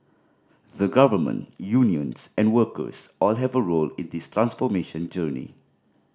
the Government Unions and workers all have a role in this transformation journey